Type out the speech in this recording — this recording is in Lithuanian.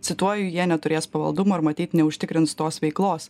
cituoju jie neturės pavaldumo ir matyt neužtikrins tos veiklos